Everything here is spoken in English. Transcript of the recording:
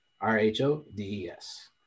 R-H-O-D-E-S